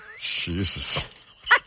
Jesus